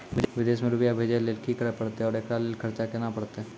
विदेश मे रुपिया भेजैय लेल कि करे परतै और एकरा लेल खर्च केना परतै?